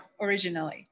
originally